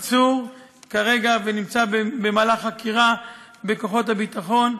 הוא עצור כרגע, ונמצא בחקירה של כוחות הביטחון.